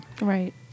Right